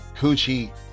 Coochie